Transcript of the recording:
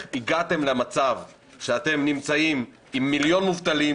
הגעתם למצב שאתם נמצאים עם מיליון מובטלים,